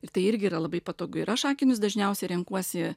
ir tai irgi yra labai patogu ir aš akinius dažniausiai renkuosi